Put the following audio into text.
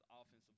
offensive